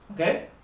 Okay